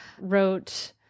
wrote